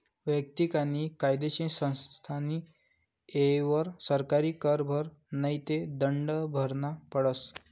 वैयक्तिक आणि कायदेशीर संस्थास्नी येयवर सरकारी कर भरा नै ते दंड भरना पडस